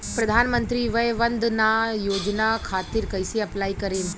प्रधानमंत्री वय वन्द ना योजना खातिर कइसे अप्लाई करेम?